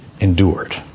endured